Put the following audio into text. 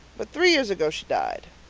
but three years ago she died.